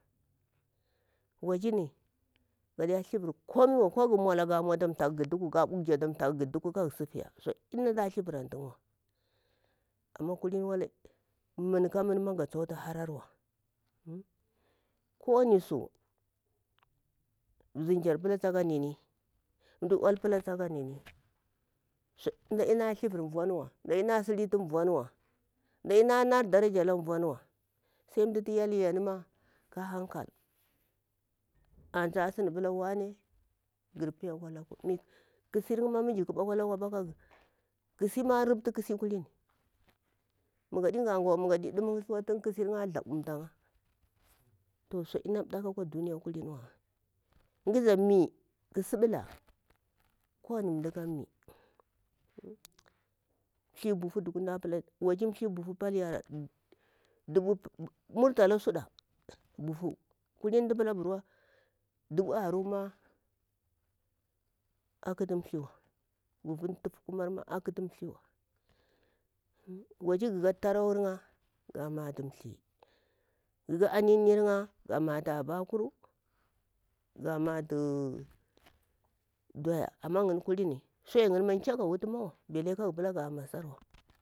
Waani gaƙa thivir komiwa kanya ga mau ata thaku ga duku ga ɗukci ga dukku wadi natu a thivurantuwa amma kuhiri wala man ka mini ka tsuktu harawa kowani su zimkyar ta pula taka nini mda ul ta pulla taka nini mdadi ta thivur vuniwa mdadi ta silitu vuniwa sai mdutu hyel yani ka han kal anta siɓula wane ghar piya akwa laku ƙisir iyama, ƙisi ma a rubtu kisi ma kulimi magaɗi gahgahwa kisir'ya ma a thaɓumta iya sudi na ɗaku akwa duniya ni ƙarawa ghaza mi ƙasiɓula wani nta ka mi thi bufu duku thi bufu du mda pila dubu, murtala suda bufu kuhin mdapila dubu aru ma akitu thiwa bufur tufkumar ma akitu thiwa waci gaka tarau'ya ga matu thi ga ka aminir'ya ga matu abakuru ga matu ɗoya amma kuluri suyar yini khaga wutuwa.